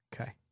Okay